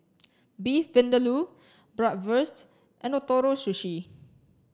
Beef Vindaloo Bratwurst and Ootoro Sushi